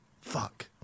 Fuck